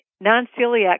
non-celiac